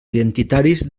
identitaris